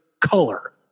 color